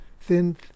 thin